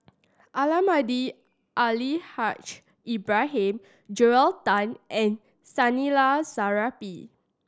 Almahdi Al Haj Ibrahim Joel Tan and Zainal Sapari